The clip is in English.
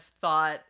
thought